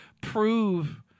prove